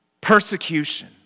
Persecution